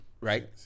Right